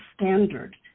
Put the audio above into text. standard